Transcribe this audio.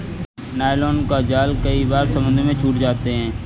nylon का जाल कई बार समुद्र आदि में छूट जाते हैं